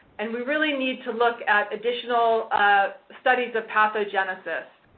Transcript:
and we really need to look at additional studies of pathogenesis.